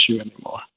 anymore